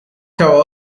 tower